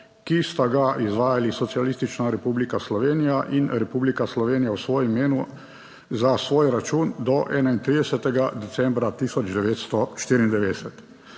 ki sta ga izvajali Socialistična republika Slovenija in Republika Slovenija v svojem imenu za svoj račun do 31. decembra 1994.